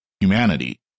humanity